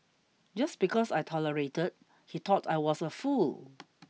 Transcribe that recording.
just because I tolerated he taught I was a fool